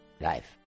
life